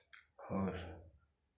और